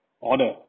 order